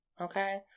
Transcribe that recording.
Okay